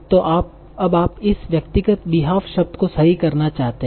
तो अब आप इस व्यक्तिगत behalf शब्द को सही करना चाहते हैं